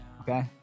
okay